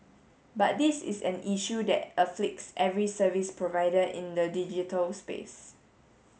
but this is an issue that afflicts every service provider in the digital space